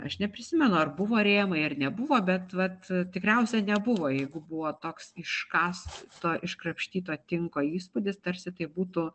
aš neprisimenu ar buvo rėmai ar nebuvo bet vat tikriausia nebuvo jeigu buvo toks iškąsto iškrapštyto tinko įspūdis tarsi tai būtų